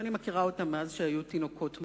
שאני מכירה אותם מאז שהיו תינוקות ממש,